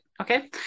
okay